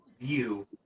view